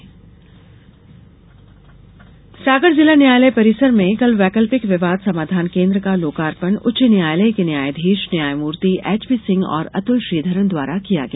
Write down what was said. समाधान केन्द्र सागर जिला न्यायालय परिसर में कल वैकल्पिक विवाद समाधान केन्द्र का लोकार्पण उच्च न्यायालय के न्यायाधीश न्यायमूर्ति एचपीसिंह और अतुल श्रीधरन द्वारा किया गया